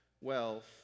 wealth